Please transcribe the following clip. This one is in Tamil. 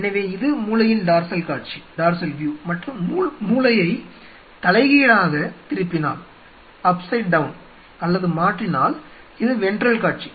எனவே இது மூளையின் டார்சல் காட்சி மற்றும் இப்படி மூளையை தலைகீழாக திருப்பினால் அல்லது மாற்றினால் இது வென்ட்ரல் காட்சி